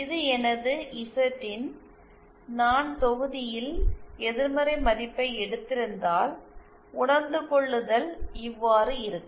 இது எனது இசட்இன் நான் தொகுதியில் எதிர்மறை மதிப்பை எடுத்திருந்தால் உணர்ந்து கொள்ளுதல் இவ்வாறு இருக்கும்